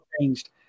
changed